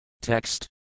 Text